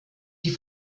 die